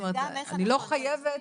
אני לא חייבת,